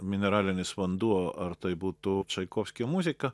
mineralinis vanduo ar tai būtų čaikovskio muzika